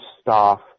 staff